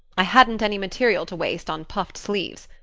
i hadn't any material to waste on puffed sleeves.